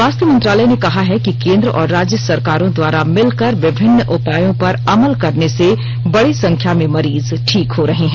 स्वास्थ्य मंत्रालय ने कहा है कि केंद्र और राज्य सरकारों द्वारा मिलकर विभिन्न उपायों पर अमल करने से बड़ी संख्या में ठीक मरीज हो रहे हैं